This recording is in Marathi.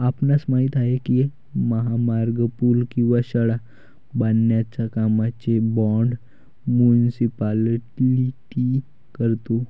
आपणास माहित आहे काय की महामार्ग, पूल किंवा शाळा बांधण्याच्या कामांचे बोंड मुनीसिपालिटी करतो?